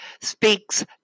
speaks